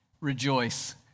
rejoice